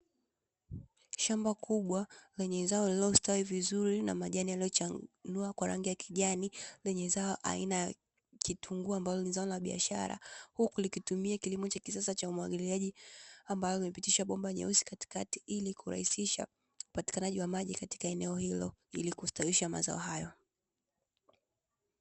Shamba kubwa lenye zao lililostawi vizuri na majani yaliyochanua kwa rangi ya kijani lenye zao aina ya kitunguu ambalo ni zao la biashara, huku likitumia kilimo cha kisasa cha umwagiliaji ambayo imepitisha bomba nyeusi katikati ili kurahisisha upatikanaji wa maji katika eneo hilo ili kustawisha mazao hayo.